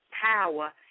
Power